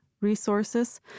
resources